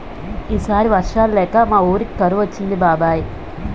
ఈ సారి వర్షాలు లేక మా వూరికి కరువు వచ్చింది బాబాయ్